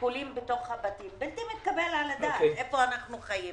זה בלתי מתקבל על הדעת איפה שאנחנו חיים,